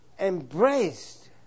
embraced